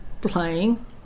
playing